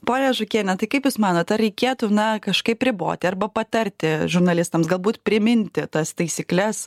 ponia žukiene tai kaip jūs manot ar reikėtų na kažkaip riboti arba patarti žurnalistams galbūt priminti tas taisykles